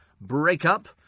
breakup